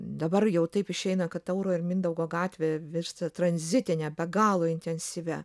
dabar jau taip išeina kad tauro ir mindaugo gatvė virsta tranzitine be galo intensyvia